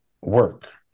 work